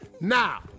Now